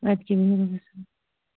ادٕ کیاہ بیٚہِو رۄبَس حَوال